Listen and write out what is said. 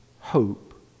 hope